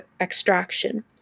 Extraction